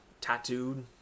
tattooed